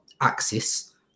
axis